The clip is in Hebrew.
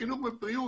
חינוך ובריאות,